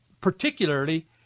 particularly